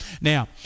Now